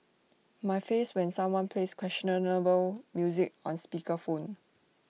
my face when someone plays questionable music on speaker phone